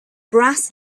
brass